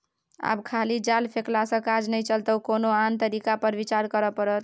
आब खाली जाल फेकलासँ काज नहि चलतौ कोनो आन तरीका पर विचार करय पड़त